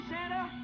Santa